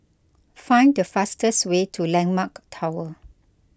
find the fastest way to Landmark Tower